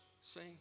sing